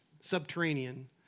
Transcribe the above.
subterranean